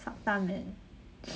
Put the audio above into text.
suck thumb and